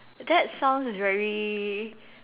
that sounds very